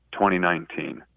2019